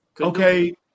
Okay